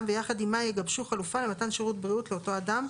ויחד עמה יגבשו חלופה למתן שירות בריאות לאותו אדם,